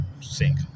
sink